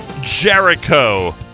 Jericho